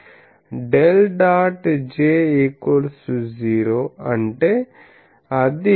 J 0 అంటే అది ρe0 అవుతుంది